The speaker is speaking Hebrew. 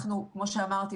כמו שאמרתי,